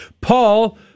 Paul